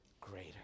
greater